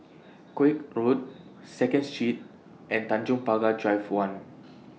Koek Road Second Street and Tanjong Pagar Drive one